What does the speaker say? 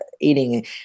eating